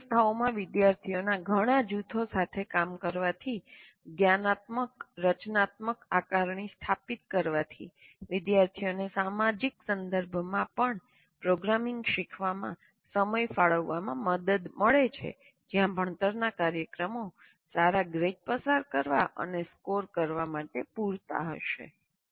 વિવિધ સંસ્થાઓમાં વિદ્યાર્થીઓના ઘણા જૂથો સાથે કામ કરવાથી જ્ઞાનાત્મક રચનાત્મક આકારણી સ્થાપિત કરવાથી વિદ્યાર્થીઓને સામાજિક સંદર્ભમાં પણ પ્રોગ્રામિંગ શીખવામાં સમય ફાળવવામાં મદદ મળે છે જ્યાં ભણતરના કાર્યક્રમો સારા ગ્રેડ પસાર કરવા અને સ્કોર કરવા માટે પૂરતા હશે